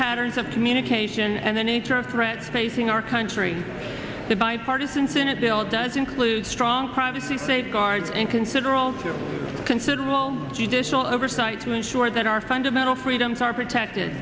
patterns of communication and the nature of threats facing our country the bipartisan senate bill does include strong privacy safeguards and considerable considerable judicial oversight to ensure that our fundamental freedoms are protected